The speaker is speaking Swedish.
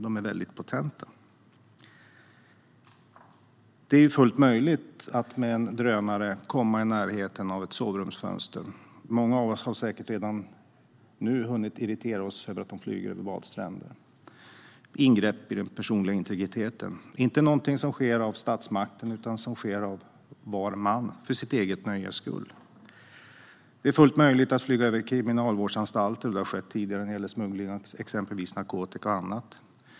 De är väldigt potenta. Det är fullt möjligt att med drönare komma i närheten av ett sovrumsfönster. Många av oss har säkert redan hunnit bli irriterade över att drönare flyger över badstränder. Detta är ingrepp i den personliga integriteten. Det är inte någonting som görs av statsmakten, utan det görs av var man för det egna nöjets skull. Det är fullt möjligt att flyga över kriminalvårdsanstalter, vilket har skett tidigare när det gäller smuggling av exempelvis narkotika.